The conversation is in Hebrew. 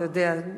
אתה יודע,